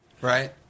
Right